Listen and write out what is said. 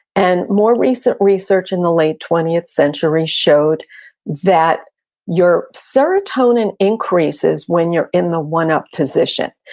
and more recent research in the late twentieth century showed that your serotonin increases when you're in the one-up position,